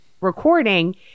recording